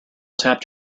tapped